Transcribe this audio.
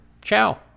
Ciao